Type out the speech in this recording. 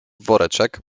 woreczek